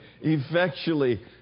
effectually